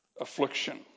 affliction